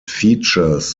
features